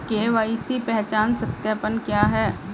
KYC पहचान सत्यापन क्या है?